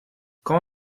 quand